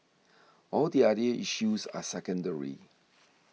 all the other issues are secondary